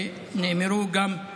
ונאמרו גם.